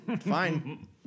Fine